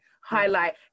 highlight